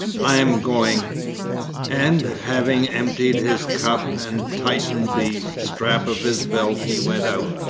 i am going and having emptied his cup and tightened the strap of his belt he went out.